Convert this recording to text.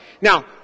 Now